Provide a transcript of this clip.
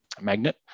Magnet